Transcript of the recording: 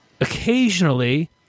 occasionally